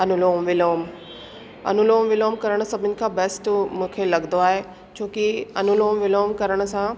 अनुलोम विलोम अनुलोम विलोम करण सभिनि खां बैस्ट मूंखे लॻंदो आहे छो की अनुलोम विलोम करण सां